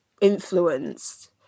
influenced